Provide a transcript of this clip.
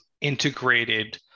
integrated